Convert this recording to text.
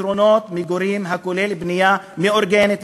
פתרונות מגורים הכוללים בנייה מאורגנת,